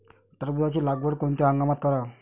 टरबूजाची लागवड कोनत्या हंगामात कराव?